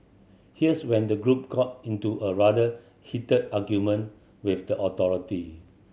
here's when the group got into a rather heated argument with the authority